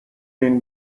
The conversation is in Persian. این